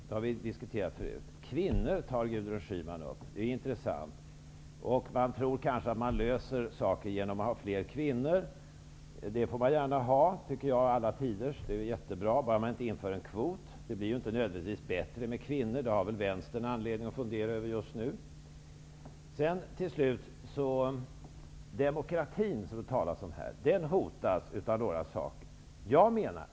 Gudrun Schyman tar upp frågan om kvinnor i politiken. Man tror kanske att man kan lösa saker och ting genom att ha fler kvinnor. Det får man gärna ha -- det tycker jag är alla tiders. Det är jättebra, bara man inte inför en kvot. Det blir inte nödvändigtvis bättre med kvinnor -- det har väl Vänsterpartiet anledning att fundera över just nu. Demokratin, som det talas om här, hotas av några saker.